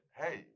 hey